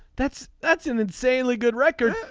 that's that's an insanely good record.